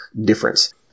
difference